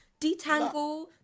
Detangle